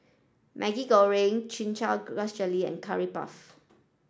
Maggi Goreng chin chow grass jelly and curry puff